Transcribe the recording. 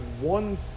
one